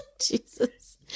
Jesus